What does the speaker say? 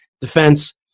defense